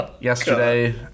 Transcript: yesterday